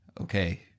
okay